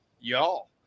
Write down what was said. Y'all